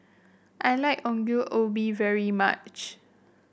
I like Ongol Ubi very much